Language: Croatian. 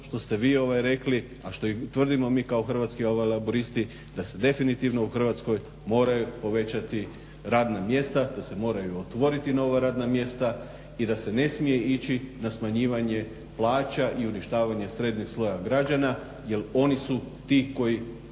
što ste vi rekli a što i tvrdimo mi kao Hrvatski laburisti da se definitivno u Hrvatskoj moraju povećati radna mjesta, da se moraju otvoriti nova radna mjesta i da se ne smije ići na smanjivanje plaća i uništavanje srednjeg sloja građana jel oni su ti koji